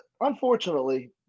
unfortunately